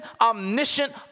omniscient